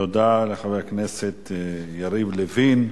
תודה לחבר הכנסת יריב לוין.